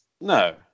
no